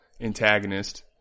antagonist